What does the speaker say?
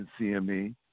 CME